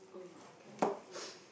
oh okay